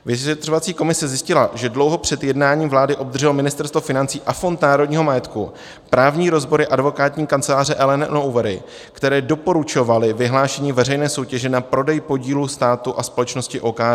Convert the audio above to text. Vyšetřovací komise zjistila, že dlouho před jednáním vlády obdrželo Ministerstvo financí a Fond národního majetku právní rozbory advokátní kanceláře Allen & Overy, které doporučovaly vyhlášení veřejné soutěže na prodej podílu státu na společnost OKD.